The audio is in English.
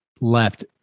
left